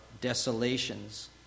desolations